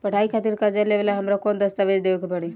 पढ़ाई खातिर कर्जा लेवेला हमरा कौन दस्तावेज़ देवे के पड़ी?